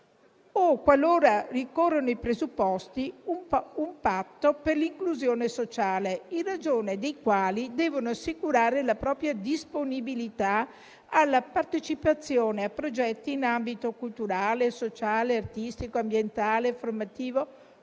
o, qualora ricorrano i presupposti, un patto per l'inclusione sociale, in ragione dei quali devono assicurare la propria disponibilità alla partecipazione a progetti in ambito culturale, sociale, artistico, ambientale, formativo